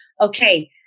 okay